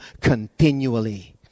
continually